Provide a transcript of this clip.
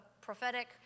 prophetic